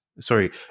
sorry